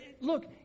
Look